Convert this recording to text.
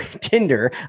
tinder